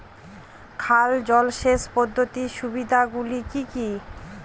খাল জলসেচ পদ্ধতির সুবিধাগুলি কি কি?